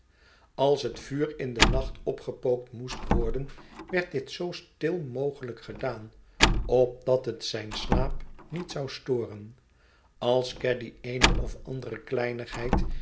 als het vuur in den nacht opgepookt moest worden werd dit zoo stil mogelijk gedaan opdat het zijn slaap niet zou storen als caddy eene of andere kleinigheid